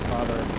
Father